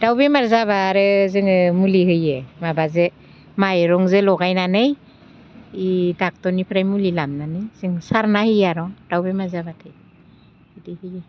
दाउ बेमार जाबा आरो जोङो मुलि होयो माबाजों माइरंजों लगायनानै बे डक्ट'रनिफ्राय मुलि लाबोनानै जों सारना होयो आरो दाउ बेमार जाबाथाय बिदि होयो